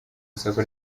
isoko